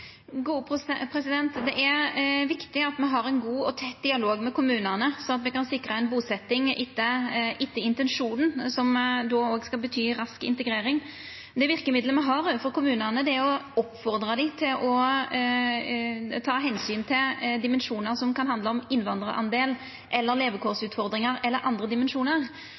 Det er viktig at me har ein god og tett dialog med kommunane, slik at me kan sikra busetjing etter intensjonen, som då skal bety rask integrering. Det verkemiddelet me har overfor kommunane, er å oppfordra dei til å ta omsyn til dimensjonar som kan handla om innvandrarandel, levekårsutfordringar eller andre dimensjonar.